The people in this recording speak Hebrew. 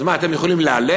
אז מה, אתם יכולים לאלץ?